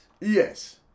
Yes